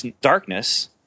darkness